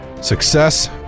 success